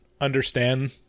understand